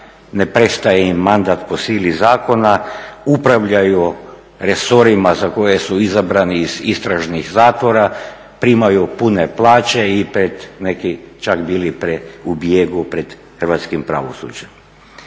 ne prestaje im mandat po sili zakona, upravljaju resorima za koje su izabrani iz istražnih zatvora, primaju pune plaće i neki su čak bili u bijegu pred hrvatskim pravosuđem.